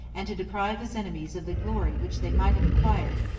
and to deprive his enemies of the glory which they might have acquired,